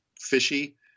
fishy